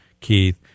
Keith